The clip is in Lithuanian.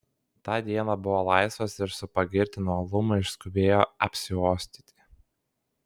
tą dieną buvo laisvas ir su pagirtinu uolumu išskubėjo apsiuostyti